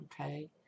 okay